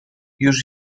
już